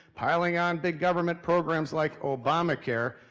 piling on big government programs like obamacare,